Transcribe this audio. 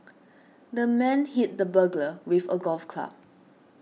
the man hit the burglar with a golf club